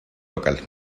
local